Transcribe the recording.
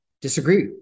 disagree